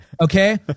Okay